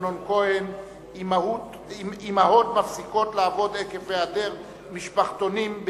בתי-מלאכה ומפעלים קולטים תלמידים